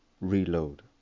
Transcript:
Reload